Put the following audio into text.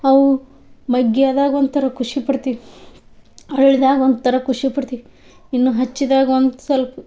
ಅವು ಮಗ್ಗಿಯಾದಾಗ ಒಂಥರ ಖುಷಿ ಪಡ್ತೀವಿ ಅರಳಿದಾಗ ಒಂಥರ ಖುಷಿ ಪಡ್ತೀವಿ ಇನ್ನು ಹಚ್ಚಿದಾಗ ಒಂದು ಸೊಲ್ಪ